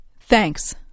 Thanks